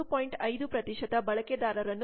5 ಬಳಕೆದಾರರನ್ನು ಹೊಂದಿದೆ